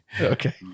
Okay